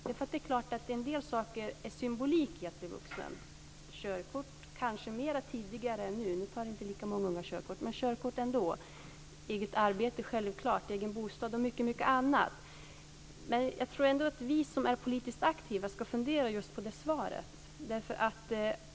Det finns en del symbolik i att bli vuxen, t.ex. att ta körkort - kanske mer tidigare än nu, nu tar inte lika många unga körkort - självklart ett eget arbete, en egen bostad och mycket annat. Vi som är politiskt aktiva ska fundera på det svaret.